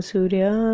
Surya